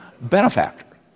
Benefactor